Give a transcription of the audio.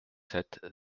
sept